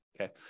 okay